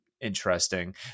interesting